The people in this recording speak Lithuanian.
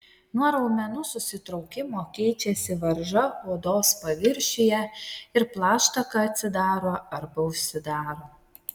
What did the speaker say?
nuo raumenų susitraukimo keičiasi varža odos paviršiuje ir plaštaka atsidaro arba užsidaro